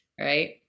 Right